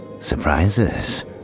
Surprises